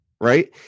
Right